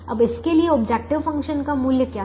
अब इसके लिए ऑब्जेक्टिव फ़ंक्शन का मूल्य क्या है